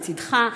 לצדך,